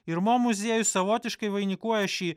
ir mo muziejus savotiškai vainikuoja šį